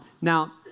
Now